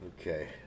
Okay